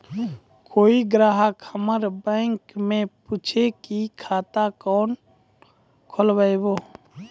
कोय ग्राहक हमर बैक मैं पुछे की खाता कोना खोलायब?